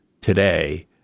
today